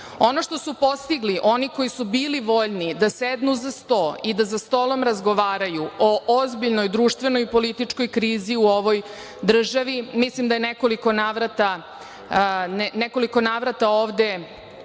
što su postigli oni koji su bili voljni da sednu za sto i da za stolom razgovaraju o ozbiljnoj društvenoj i političkoj krizi u ovoj državi mislim da je u nekoliko navrata ovde